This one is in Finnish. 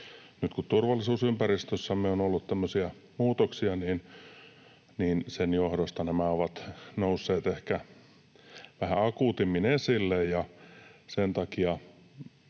Nyt kun turvallisuusympäristössämme on ollut muutoksia, niin sen johdosta nämä ovat nousseet ehkä vähän akuutimmin esille,